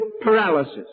paralysis